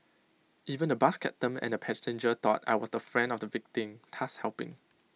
even the bus captain and A passenger thought I was the friend of the victim thus helping